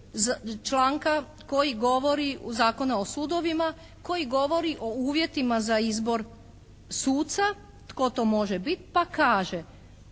članka koji govori, Zakona o sudovima, koji govori o uvjetima za izbor suca tko to može biti pa kaže: